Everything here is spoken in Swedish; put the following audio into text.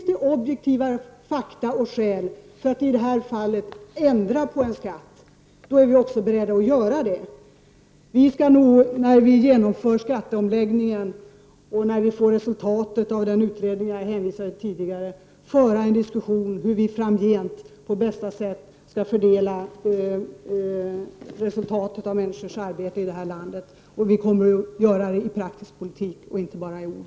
Om det finns objektiva fakta och skäl för att i detta fall ändra på en skatt, då är vi också beredda att göra det. Vi skall nog, i samband med att vi genomför skatteomläggningen och när vi har fått resultatet av den utredning jag hänvisade till tidigare, föra en diskussion om hur vi i detta land framgent på bästa sätt skall fördela resultatet av människors arbete. Vi kommer att göra detta i praktisk politik och inte bara i ord.